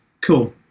cool